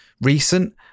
recent